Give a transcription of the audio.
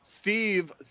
Steve